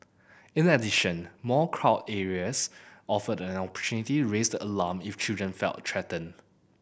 in addition more crowd areas offer an opportunity to raise the alarm if children felt threatened